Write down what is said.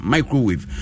Microwave